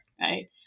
right